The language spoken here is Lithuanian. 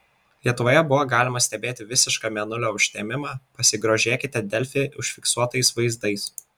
lietuvoje buvo galima stebėti visišką mėnulio užtemimą pasigrožėkite delfi užfiksuotais vaizdais